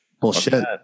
bullshit